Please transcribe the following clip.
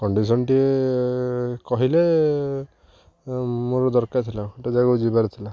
କଣ୍ଡିସନଟିଏ କହିଲେ ମୋର ଦରକାର ଥିଲା ଗୋଟେ ଜାଗାକୁ ଯିବାର ଥିଲା